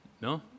No